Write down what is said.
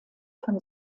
von